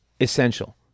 essential